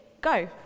go